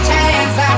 Chance